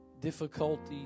difficulties